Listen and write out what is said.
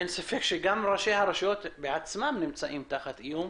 אין ספק שגם ראשי הרשויות בעצמם נמצאים תחת איום.